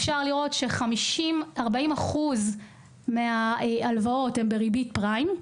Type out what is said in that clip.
אפשר לראות ש-40% מההלוואות הן בריבית פריים,